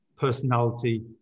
personality